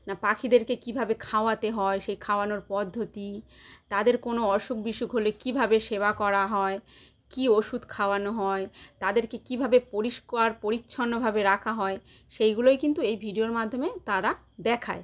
না পাখিদেরকে কীভাবে খাওয়াতে হয় সেই খাওয়ানোর পদ্ধতি তাদের কোনো অসুখ বিসুখ হলে কীভাবে সেবা করা হয় কি ওষুধ খাওয়ানো হয় তাদেরকে কীভাবে পরিষ্কার পরিচ্ছন্নভাবে রাখা হয় সেইগুলোই কিন্তু এই ভিডিওর মাধ্যমে তারা দেখায়